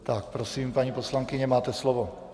Tak prosím, paní poslankyně, máte slovo.